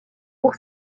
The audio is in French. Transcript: pour